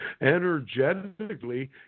Energetically